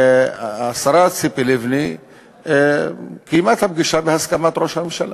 שהשרה ציפי לבני קיימה את הפגישה בהסכמת ראש הממשלה,